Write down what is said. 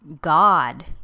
God